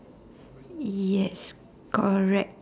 yes correct